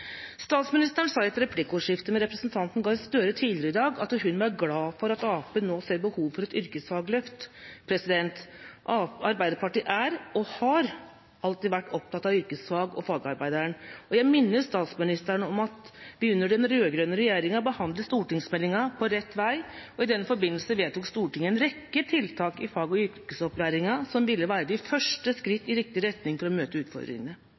Statsministeren sa i et replikkordskifte med representanten Gahr Støre tidligere i dag at hun var glad for at Arbeiderpartiet nå ser behovet for et yrkesfagløft. Arbeiderpartiet er og har alltid vært opptatt av yrkesfag og fagarbeideren. Jeg minner statsministeren om at vi under den rød-grønne regjeringa behandlet stortingsmeldinga På rett vei, og i den forbindelse vedtok Stortinget en rekke tiltak i fag- og yrkesopplæringa som ville være de første skritt i riktig retning for å møte utfordringene.